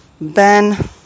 Ben